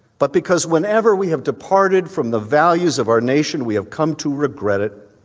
but because whenever we have departed from the values of our nation, we have come to regret it.